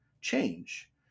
change